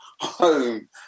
home